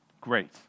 Great